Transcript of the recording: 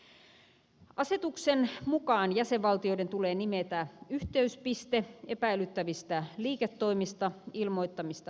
asetuksen mukaan jäsenvaltioiden tulee nimetä yhteyspiste epäilyttävistä liiketoimista ilmoittamista varten